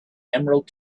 emerald